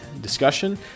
discussion